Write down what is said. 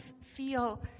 feel